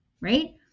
right